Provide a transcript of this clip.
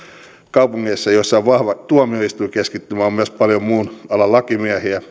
kaupungeissa joissa on vahva tuomioistuinkeskittymä on myös paljon muun alan lakimiehiä